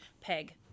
Peg